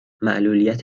معلولیت